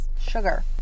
Sugar